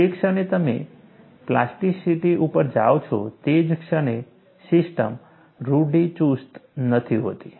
જે ક્ષણે તમે પ્લાસ્ટિસિટી ઉપર જાઓ છો તે જ ક્ષણે સિસ્ટમ રૂઢિચુસ્ત નથી હોતી